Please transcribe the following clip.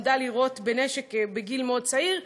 למדה לירות בנשק בגיל מאוד צעיר,